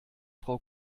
frau